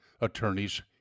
attorneys